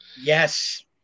Yes